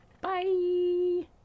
Bye